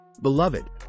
beloved